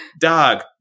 dog